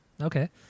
Okay